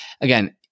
again